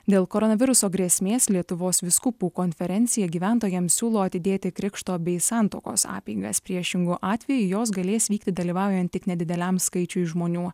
dėl koronaviruso grėsmės lietuvos vyskupų konferencija gyventojams siūlo atidėti krikšto bei santuokos apeigas priešingu atveju jos galės vykti dalyvaujant tik nedideliam skaičiui žmonių